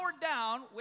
down